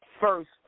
first